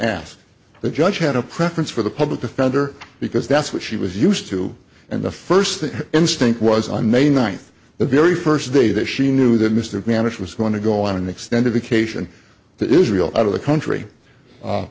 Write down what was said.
asked the judge had a preference for the public defender because that's what she was used to and the first instinct was on may ninth the very first day that she knew that mr mannish was going to go on an extended vacation that israel out of the country